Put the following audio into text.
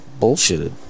bullshitted